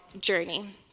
journey